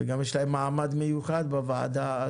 וגם יש להם מעמד מיוחד בוועדה.